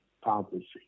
policy